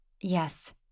yes